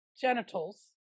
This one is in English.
genitals